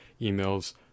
emails